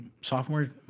sophomore